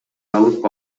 алып